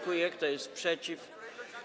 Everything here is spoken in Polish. Kto jest przeciw?